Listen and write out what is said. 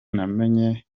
namenye